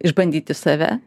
išbandyti save